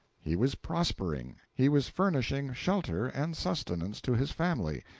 he was prospering, he was furnishing shelter and sustenance to his family,